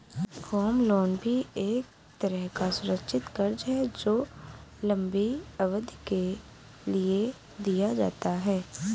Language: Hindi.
होम लोन भी एक तरह का सुरक्षित कर्ज है जो लम्बी अवधि के लिए दिया जाता है